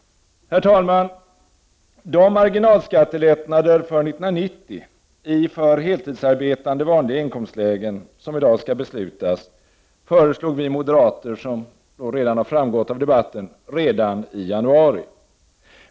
Herr talman! De marginalskattelättnader för 1990, i för heltidsarbetande vanliga inkomstlägen, som riksdagen i dag skall fatta beslut om föreslog vi moderater redan i januari.